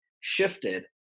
shifted